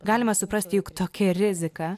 galima suprasti juk tokia rizika